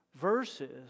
verses